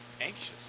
anxious